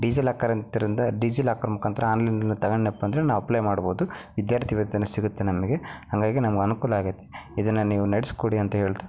ಡಿಜಿಲಾಕರ್ ಅಂತಿದ್ರಿಂದ ಡಿಜಿಲಾಕರ್ ಮುಖಾಂತರ ಆನ್ಲೈನಲ್ಲಿ ತಗಣ್ಯಪ್ಪ ಅಂದರೆ ನಾವು ಅಪ್ಲೈ ಮಾಡ್ಬೋದು ವಿದ್ಯಾರ್ಥಿ ವೇತನ ಸಿಗುತ್ತೆ ನಮಗೆ ಹಾಗಾಗಿ ನಮ್ಗೆ ಅನ್ಕೂಲ ಆಗೈತಿ ಇದನ್ನು ನೀವು ನೆಡೆಸ್ಕೊಡಿ ಅಂತ ಹೇಳ್ತಾ